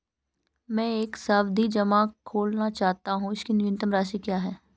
मैं एक सावधि जमा खोलना चाहता हूं इसकी न्यूनतम राशि क्या है?